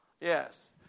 Yes